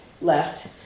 left